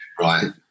Right